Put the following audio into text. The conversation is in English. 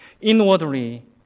Inwardly